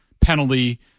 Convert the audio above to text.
penalty